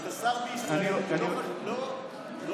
השר פורר, כדי שלא תטעה בעובדות.